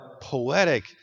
poetic